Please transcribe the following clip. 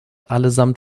allesamt